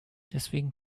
deswegen